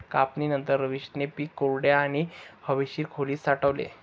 कापणीनंतर, रवीशने पीक कोरड्या आणि हवेशीर खोलीत साठवले